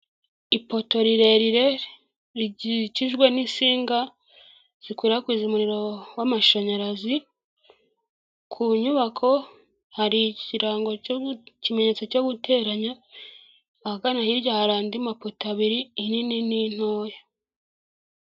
Ipoto rirerire rikikijwe n'insinga zikwirakwiza umuriro w'amashanyarazi, ku nyubako hari ikirango cy'ikimenyetso cyo guteranya, ahagana hirya hari andi mapoto abiri inini n'intoya.